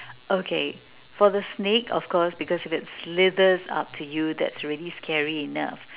okay for the snake of course because if it slithers up to you that's already scary enough